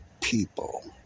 people